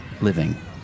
living